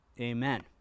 Amen